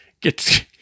get